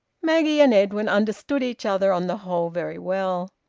maggie and edwin understood each other on the whole very well.